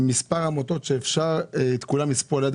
מספר עמותות שאפשר לספור את כולן על אצבעות